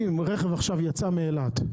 אם רכב יצא מאילת,